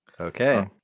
okay